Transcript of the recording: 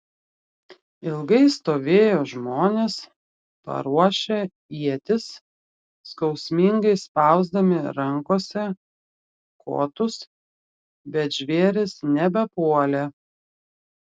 ilgai stovėjo žmonės paruošę ietis skausmingai spausdami rankose kotus bet žvėrys nebepuolė